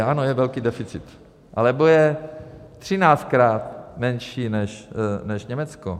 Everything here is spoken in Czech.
Ano, je velký deficit, ale bude třináctkrát menší než v Německu.